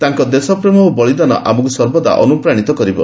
ତାଙ୍କ ଦେଶପ୍ରେମ ଓ ବଳିଦାନ ଆମକୁ ସର୍ବଦା ଅନୁପ୍ରାଶିତ କରିବ